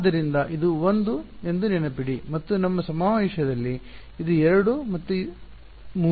ಆದ್ದರಿಂದ ಇದು 1 ಎಂದು ನೆನಪಿಡಿ ಮತ್ತು ನಮ್ಮ ಸಮಾವೇಶದಲ್ಲಿ ಇದು 2 ಮತ್ತು 3 ಸರಿ